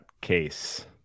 case